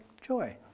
joy